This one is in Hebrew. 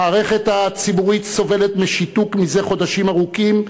המערכת הציבורית סובלת משיתוק זה חודשים ארוכים,